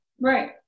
right